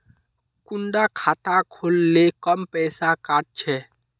कुंडा खाता खोल ले कम पैसा काट छे?